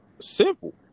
simple